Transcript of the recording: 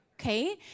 Okay